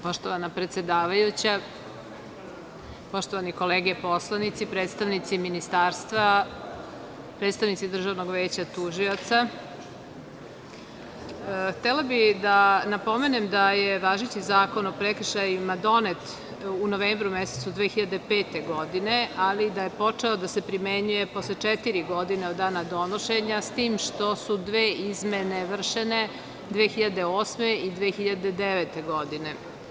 Poštovana predsedavajuća, poštovane kolege poslanici, predstavnici Ministarstva, predstavnici Državnog veća tužilaca, htela bih da napomenem da je važeći Zakon o prekršajima donet u novembru mesecu 2005. godine, ali da je počeo da se primenjuje posle četiri godine od dana donošenja, s tim što su dve izmene vršene 2008. i 2009. godine.